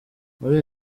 muri